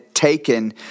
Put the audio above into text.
taken